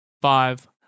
five